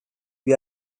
lui